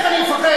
ממך אני אפחד?